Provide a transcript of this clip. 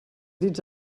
dits